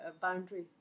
boundary